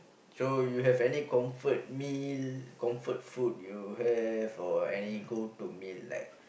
so you have any comfort meal comfort food you have or any go to meal like